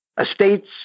estates